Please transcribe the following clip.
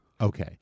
Okay